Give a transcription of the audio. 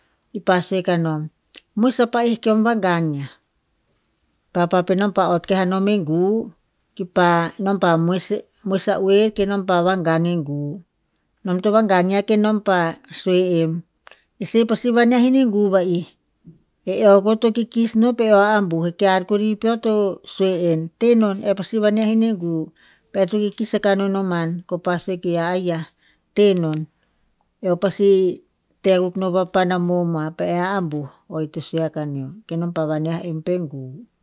I pa sue kanom moes a pa'eh keom va gang ya. Papa penom pa ott kahi anom e gu kipa, nompa moes- moes a oer kenom pa vagang e gu. Nom to vagang ya kenom pa sue em, e se pasi vaneha e gu va'i. E eo ko to kikis no pe eo a ambuh, kear kori peo to sue en, tehnon eh pasi vane hin e gu pe eh to kikis akah no noman. Ko pa sue ke ya, aiya tehnom eo pasi teh akuk no pa panah momoah pe eh a ambuh o i to sue a kaneo. Kenom pa vane ha en pe gu.